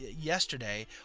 yesterday